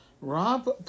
Rob